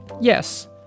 yes